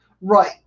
Right